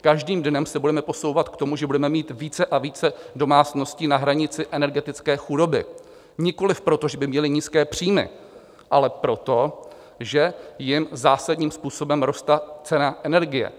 Každým dnem se budeme posouvat k tomu, že budeme mít více a více domácností na hranici energetické chudoby nikoliv proto, že by měly nízké příjmy, ale proto, že jim zásadním způsobem roste cena energie.